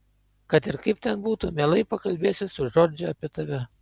kad ir kaip ten būtų mielai pakalbėsiu su džordže apie tave